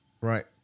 Right